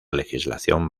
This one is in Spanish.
legislación